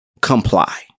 Comply